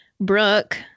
Brooke